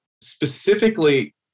specifically